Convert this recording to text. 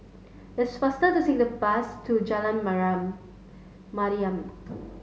it's faster to take the bus to Jalan Mariam